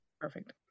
Perfect